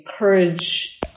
encourage